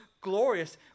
glorious